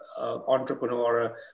entrepreneur